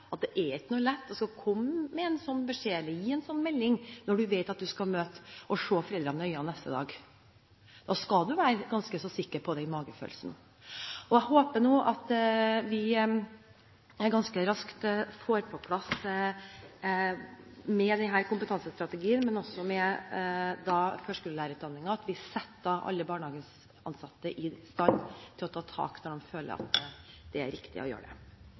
at det ikke er lett å komme med en sånn beskjed eller gi en sånn melding når du vet at du skal møte og se foreldrene i øynene neste dag. Da skal du være ganske så sikker på den magefølelsen. Jeg håper at vi ganske raskt, med denne kompetansestrategien, men også med førskolelærerutdanningen, får satt alle barnehageansatte i stand til å ta tak når en føler at det er riktig å gjøre det.